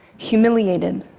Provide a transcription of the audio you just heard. humiliated.